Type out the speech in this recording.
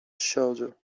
shoulder